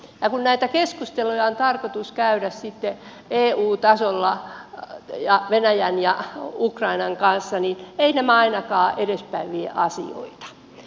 ja kun näitä keskusteluja on tarkoitus käydä sitten eu tasolla ja venäjän ja ukrainan kanssa niin eivät nämä ainakaan edespäin vie asioita